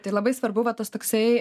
tai labai svarbu va tas toksai